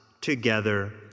together